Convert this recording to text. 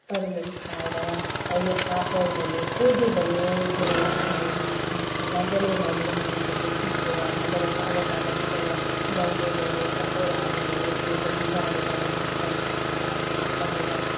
तरुलहरू खाएर यो फापर भयो कोदो भयो जो अहिले मजाले अहिलेको मानिसहरू पिसेर मजाले ताजा ताजा त फुरौलो भयो पकौडाहरू भयो त्यो पनि बाँढेर एक दोसरालाई आफन्तहरूकोमा बाँढेर